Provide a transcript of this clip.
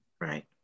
Right